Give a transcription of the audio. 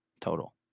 total